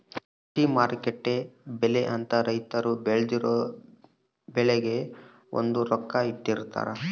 ಕೃಷಿ ಮಾರುಕಟ್ಟೆ ಬೆಲೆ ಅಂತ ರೈತರು ಬೆಳ್ದಿರೊ ಬೆಳೆಗೆ ಒಂದು ರೊಕ್ಕ ಇಟ್ಟಿರ್ತಾರ